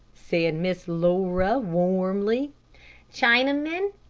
said miss laura, warmly chinamen,